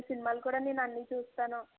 మీ సినిమాలు కూడా నేను అన్ని చూస్తాను